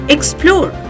Explore